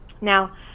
Now